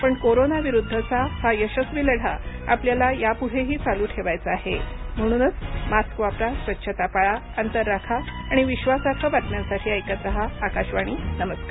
पण कोरोनाविरुद्धचा हा यशस्वी लढा आपल्याला यापुढेही चालू ठेवायचा आहे म्हणूनच मास्क वापरा स्वच्छता पाळा अंतर राखा आणि विश्वासार्ह बातम्यांसाठी ऐकत रहा आकाशवाणी नमस्कार